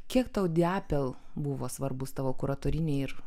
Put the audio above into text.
kiek tau diapel buvo svarbus tavo kuratorinėj ir